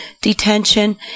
Detention